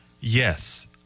yes